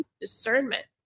Discernment